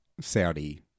Saudi